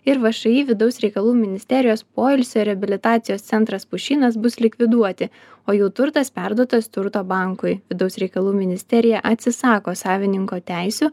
ir všį vidaus reikalų ministerijos poilsio ir reabilitacijos centras pušynas bus likviduoti o jų turtas perduotas turto bankui vidaus reikalų ministerija atsisako savininko teisių